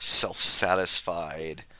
self-satisfied